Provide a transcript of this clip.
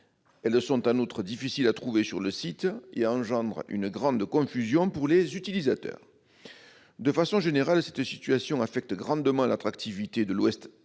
Elles sont en outre difficiles à trouver sur le site, ce qui suscite une grande confusion pour les utilisateurs. De façon générale, cette situation affecte grandement l'attractivité de l'ouest-Aveyron,